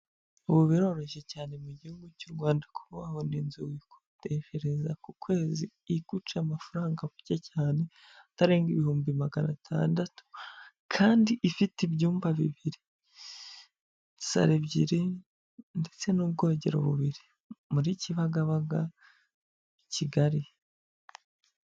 Ubu biroroshye cyane mu gihugu cy'u Rwanda kuba wabona ni inzu wikodeshereza ku kwezi iguca amafaranga macye cyane atarenga ibihumbi magana atandatu kandi ifite ibyumba bibiri, saro ebyiri ndetse n'ubwogero bubiri, muri Kibagabaga i Kigali.